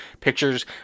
pictures